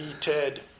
Ted